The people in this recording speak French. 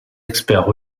experts